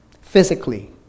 physically